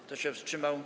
Kto się wstrzymał?